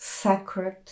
sacred